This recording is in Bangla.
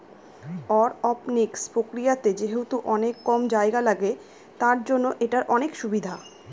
অরওপনিক্স প্রক্রিয়াতে যেহেতু অনেক কম জায়গা লাগে, তার জন্য এটার অনেক সুবিধা